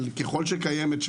ככל שקיימת,